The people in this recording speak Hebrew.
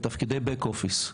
בתפקידי באק אופיס,